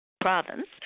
province